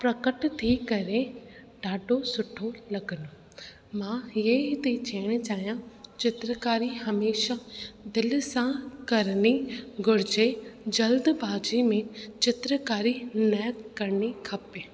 प्रकट थी करे ॾाढो सुठो लॻंदो मां हीअं ई थी चवणु चाहियां चित्रकारी हमेशा दिलि सां करिणी घुरिजे जल्दबाज़ी में चित्रकारी न करिणी खपे